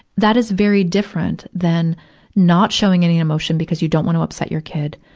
that is very different than not showing any emotion because you don't wanna upset your kid,